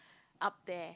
up there